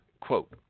quote